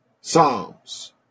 psalms